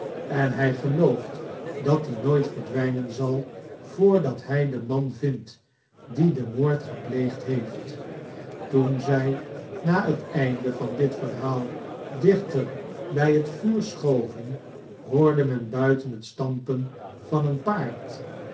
en hij gelooft dat die nooit verdwijnen zal voordat hij den man vindt die den moord gepleegd heeft toen zij na het einde van dit verhaal dichter bij het vuur schoven hoorde men buiten het stampen van een paard